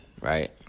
right